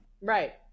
Right